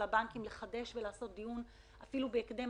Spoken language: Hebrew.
הבנקים יש לחדש ולקיים דיון אפילו בהקדם.